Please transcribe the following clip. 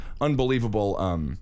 unbelievable